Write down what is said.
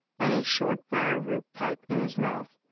and a short briar-root pipe in his mouth,